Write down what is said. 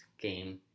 game